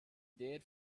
did